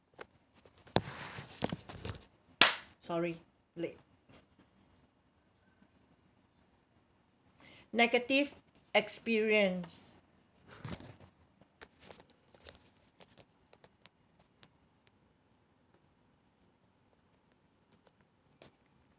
sorry late negative experience